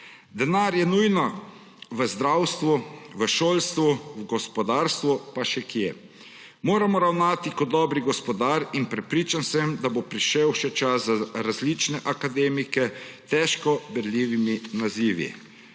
Denar je nuja v zdravstvu, v šolstvu, v gospodarstvu, pa še kje. Moramo ravnati kot dobri gospodarji in prepričan sem, da bo prišel še čas za različne akademike s težko berljivimi nazivi.